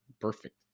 perfect